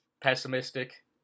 Pessimistic